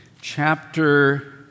chapter